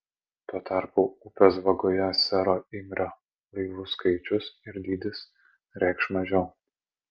tuo tarpu upės vagoje sero imrio laivų skaičius ir dydis reikš mažiau